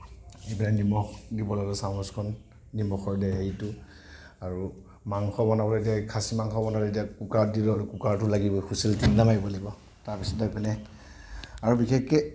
এইবিলাক নিমখ দিবলৈ চামুচখন নিমখৰ দে হেৰিটো আৰু মাংস বনাবলৈ এতিয়া এই খাছি মাংস বনালে যেতিয়া কুকাৰত দি লওঁ কুকাৰটো লাগিবই হুইছেল তিনিটা মাৰিব লাগিব তাৰপিছত এইফালে আৰু বিশেষকৈ